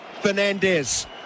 fernandez